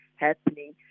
Happening